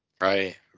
Right